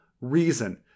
reason